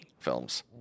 films